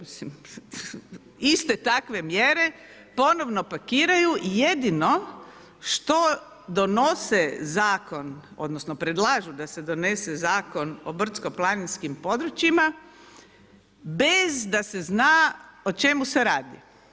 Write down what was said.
Iste takve mjere ponovno pakiraju, jedino što donose zakon, odnosno predlažu da se donese Zakon o brdsko-planinskim područjima bez da se zna o čemu se radi.